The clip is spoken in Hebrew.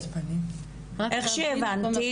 איך שהבנתי,